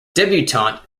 debutante